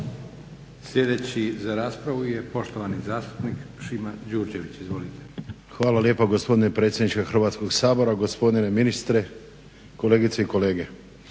Sljedeći za raspravu je poštovani zastupnik Šimo Đurđević. Izvolite. **Đurđević, Šimo (HDZ)** Hvala lijepa gospodine predsjedniče Hrvatskog sabora, gospodine ministre, kolegice i kolege.